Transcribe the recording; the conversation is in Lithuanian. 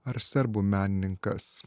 ar serbų menininkas